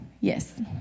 Yes